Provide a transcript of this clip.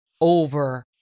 over